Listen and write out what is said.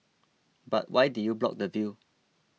but why did you block the view